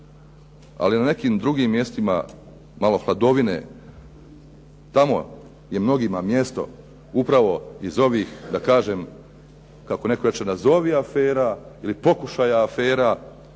ali ne nekim drugim mjestima, malo hladovine. Tamo je mnogima mjesto upravo iz ovih da kažem, kako netko reče nazovi afera ili pokušaja afera.